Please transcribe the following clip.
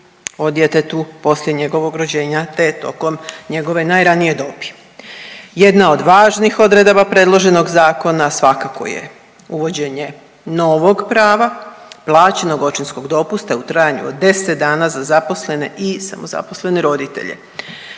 o djetetu poslije njegovog rođenja te tokom njegove najranije dobi. Jedna od važnih odredaba predloženog zakona svakako je uvođenje novog prava, plaćenog očinskog dopusta u trajanju od 10 dana za zaposlene i samozaposlene roditelje.